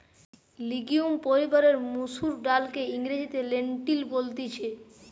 legume পরিবারের মসুর ডালকে ইংরেজিতে লেন্টিল বলতিছে